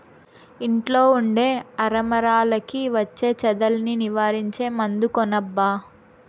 ఇంట్లో ఉండే అరమరలకి వచ్చే చెదల్ని నివారించే మందు కొనబ్బా